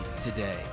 today